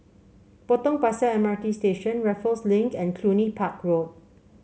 Potong Pasir M R T Station Raffles Link and Cluny Park Road